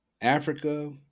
Africa